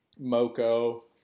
Moco